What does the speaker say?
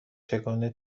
چگونه